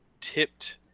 tipped